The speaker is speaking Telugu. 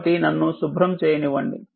కాబట్టి నన్ను శుభ్రం చేయనివ్వండి